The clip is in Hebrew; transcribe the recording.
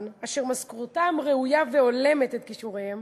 ואשר משכורתם ראויה והולמת את כישוריהם,